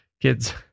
kids